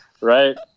right